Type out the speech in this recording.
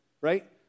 Right